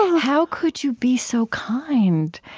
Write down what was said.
how could you be so kind?